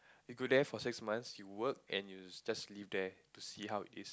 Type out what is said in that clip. you go there for six months you work and you just live there to see how it